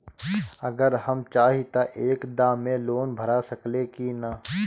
अगर हम चाहि त एक दा मे लोन भरा सकले की ना?